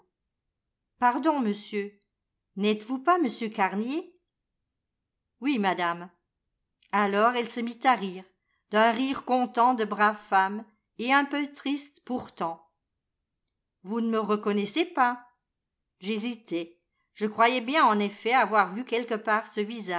pardon monsieur nètes vous pas monsieur carnier oui madame alors elle se mit à rire d'un rire content de brave femme et un peu triste pourtant vous ne me reconnaissez pas j'hésitais je croyais bien en effet avoir vu quelque part ce